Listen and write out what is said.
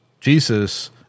Jesus